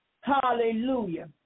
Hallelujah